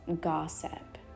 gossip